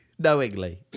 knowingly